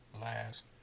last